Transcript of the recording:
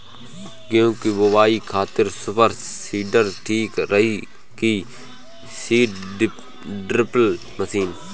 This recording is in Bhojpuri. गेहूँ की बोआई खातिर सुपर सीडर ठीक रही की सीड ड्रिल मशीन?